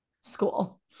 school